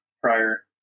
prior